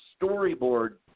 storyboard